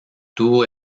tuvo